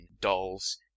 dolls